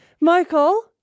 Michael